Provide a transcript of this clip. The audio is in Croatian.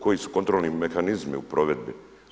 Koji su kontrolni mehanizmi u provedbi?